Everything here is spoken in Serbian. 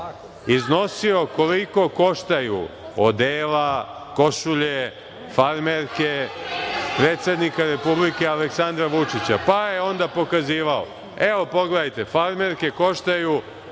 iznosio koliko koštaju odela, košulje, farmerke, predsednika Republike Aleksandra Vučića. Pa je onda pokazivao - evo, pogledajte, farmerke koštaju